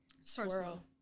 Swirl